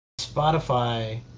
Spotify